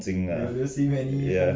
风景 ah !yay!